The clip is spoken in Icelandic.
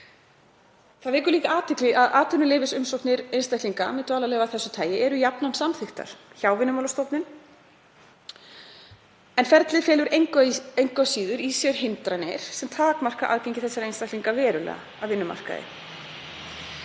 Það vekur líka athygli að atvinnuleyfisumsóknir einstaklinga með dvalarleyfi af þessu tagi eru jafnan samþykktar hjá Vinnumálastofnun. Ferlið felur engu að síður í sér hindranir sem takmarka aðgengi þessara einstaklinga verulega að vinnumarkaði.